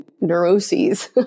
neuroses